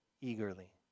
eagerly